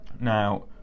now